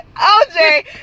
OJ